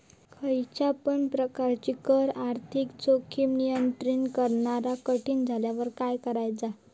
खयच्या पण प्रकारची कर आर्थिक जोखीम नियंत्रित करणा कठीण झाल्यावर काय करायचा?